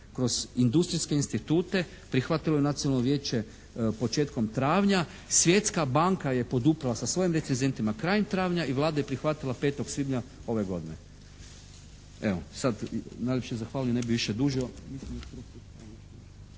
kroz industrijski institute, prihvatilo ju je nacionalno vijeće početkom travnja. Svjetska banka je poduprla sa svojim recezentima krajem travnja i Vlada je prihvatila 05. svibnja ove godine. Evo sad najljepše zahvaljujem, ne bi više dužio.